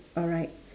alright